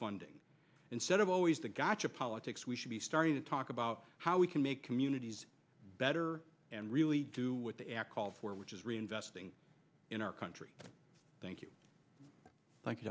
funding instead of always the gotcha politics we should be starting to talk about how we can make communities better and really do what the act called for which is reinvesting in our country thank you thank you